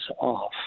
off